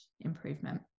improvement